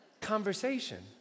conversation